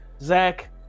Zach